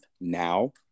now